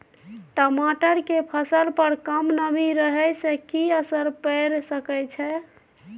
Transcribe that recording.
टमाटर के फसल पर कम नमी रहै से कि असर पैर सके छै?